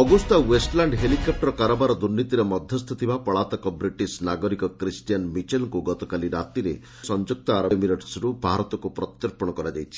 Agusta Westland helicopter କାରବାର ଦୁର୍ନୀତିରେ ମଧ୍ୟସ୍ଥ ଥିବା ପଳାତକ ବ୍ରିଟିଶ ନାଗରିକ କ୍ରିଷ୍ଟିଆନ୍ ମିଚେଲ୍କୁ ଗତକାଲି ରାତିରେ ସଂଯୁକ୍ତ ଏମିରେଟ୍ସରୁ ଭାରତକୁ ପ୍ରତ୍ୟର୍ପଣ କରାଯାଇଛି